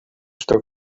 что